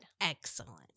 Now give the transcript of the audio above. Excellent